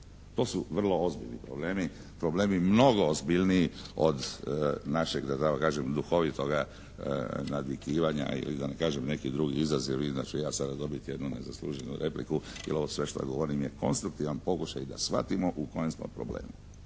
To su vrlo ozbiljni problemi, problemi mnogo ozbiljniji od našeg da tako kažem duhovitoga nadvikivanja ili da ne kažem neki drugi izraz, jer vidim da ću ja sada dobiti jednu nezasluženu repliku, jer ovo sve što govorim je konstruktivan pokušaj da shvatimo u kojem smo problemu.